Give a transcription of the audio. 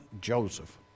Joseph